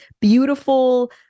beautiful